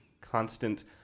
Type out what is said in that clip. constant